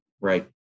Right